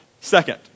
second